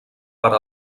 per